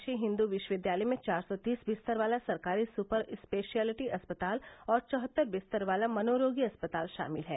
इनमें काशी हिन्दू विश्वविद्यालय में चार सौ तीस बिस्तर वाला सरकारी सुपर स्पेशयलिटी अस्पताल और चौहत्तर बिस्तर वाला मनोरोगी अस्पताल शामिल हैं